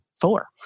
four